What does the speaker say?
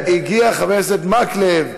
והגיע חבר הכנסת מקלב,